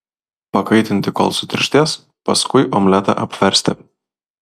pakaitinti kol sutirštės paskui omletą apversti